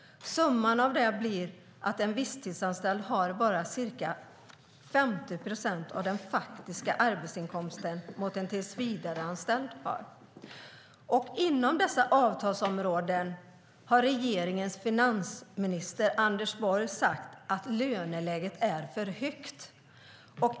Summan av det blir att en visstidsanställd bara har ca 50 procent av den faktiska arbetsinkomsten mot vad en tillsvidareanställd har. Inom dessa avtalsområden har regeringens finansminister Anders Borg sagt att löneläget är för högt.